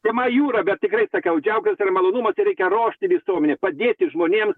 tema į jūrą bet tikrai sakiau džiaugiuosi yra malonumas ir reikia ruošti visuomenę padėti žmonėms